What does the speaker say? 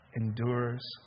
endures